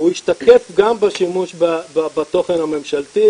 הוא ישתקף גם בשימוש בתוכן הממשלה,